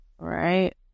Right